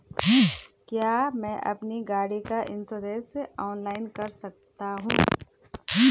क्या मैं अपनी गाड़ी का इन्श्योरेंस ऑनलाइन कर सकता हूँ?